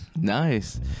nice